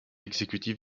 exécutif